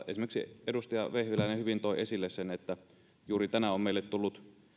esimerkiksi edustaja vehviläinen hyvin toi esille sen että juuri tänään on meille tullut